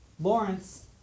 Lawrence